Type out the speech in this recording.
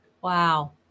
Wow